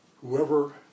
Whoever